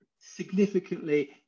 significantly